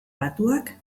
batuak